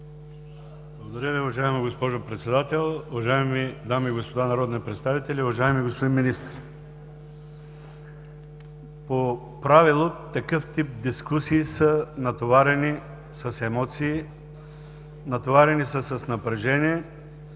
Благодаря Ви, уважаема госпожо Председател. Уважаеми дами и господа народни представители, уважаеми господин Министър! По правило такъв тип дискусии са натоварени с емоции, натоварени са с напрежение,